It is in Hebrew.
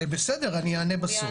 בסדר, אני אענה בסוף.